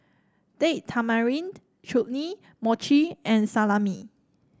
Date Tamarind Chutney Mochi and Salami